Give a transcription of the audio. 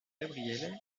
gabriel